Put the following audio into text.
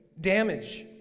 damage